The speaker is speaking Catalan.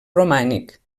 romànic